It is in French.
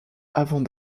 avant